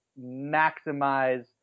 maximize